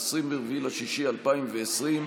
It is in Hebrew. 24 ביוני 2020,